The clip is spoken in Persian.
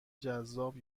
جذاب